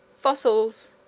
fossils!